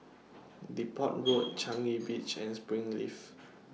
Depot Road Changi Beach and Springleaf